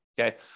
Okay